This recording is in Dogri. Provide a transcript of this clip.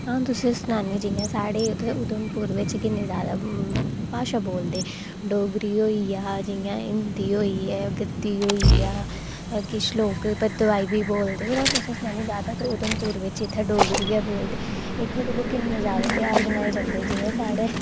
अ'ऊं तु'सेंई सनानी जि'यां साढ़े उत्थै उधमपुर बिच कि'न्नी जादा भाशा बोलदे डोगरी होई गेई जि'यां हिंदी होई गेई गद्दी होई गेई किश लोग भद्रवाही बी बोलदे में तु'सेंई सनानी जादातर इत्थै उधमपुर बिच इत्थै डोगरी गै बोलदे इत्थै दिक्खो कि'न्ने ज़्यादा तेहार मनाए जंदे ते जि'यां साढ़े